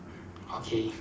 okay